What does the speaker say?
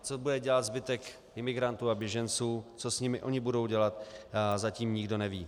Co bude dělat zbytek imigrantů a běženců, co s nimi oni budou dělat, zatím nikdo neví.